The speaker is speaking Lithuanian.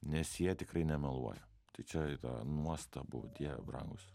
nes jie tikrai nemeluoja tai čia yra nuostabu dieve brangus